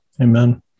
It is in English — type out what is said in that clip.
Amen